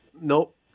nope